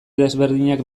desberdinak